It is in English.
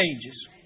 changes